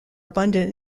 abundant